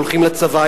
הולכים לצבא,